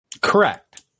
Correct